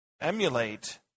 emulate